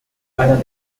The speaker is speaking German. einer